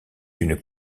une